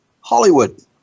Hollywood